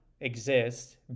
exist